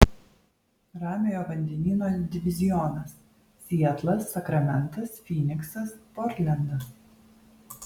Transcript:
ramiojo vandenyno divizionas sietlas sakramentas fyniksas portlendas